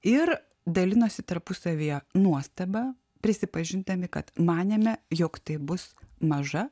ir dalinosi tarpusavyje nuostaba prisipažindami kad manėme jog tai bus maža